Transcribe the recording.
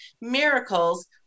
Miracles